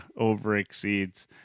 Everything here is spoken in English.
overexceeds